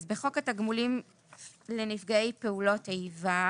תיקון חוק התגמולים לנפגעי פעולות איבה